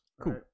Cool